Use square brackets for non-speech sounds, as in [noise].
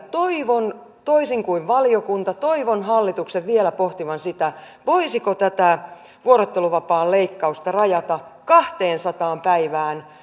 [unintelligible] toivon toisin kuin valiokunta hallituksen vielä pohtivan sitä voisiko tätä vuorotteluvapaan leikkausta rajata kahteensataan päivään [unintelligible]